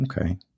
Okay